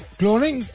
cloning